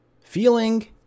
Feeling